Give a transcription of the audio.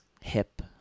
hip